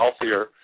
healthier